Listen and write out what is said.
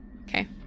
Okay